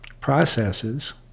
processes